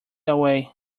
away